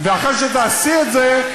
ואחרי שתעשי את זה,